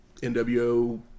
NWO